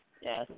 yes